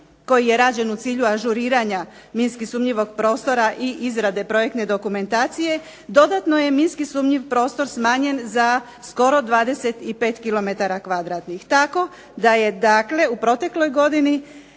koji je rađen u cilju ažuriranja minski sumnjivog prostora i izrade projektne dokumentacije dodatno je minski sumnjiv prostor smanjen za skoro 25 kilometara kvadratnih, tako da je dakle u protekloj godini